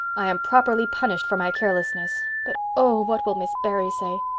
i am properly punished for my carelessness but oh, what will miss barry say?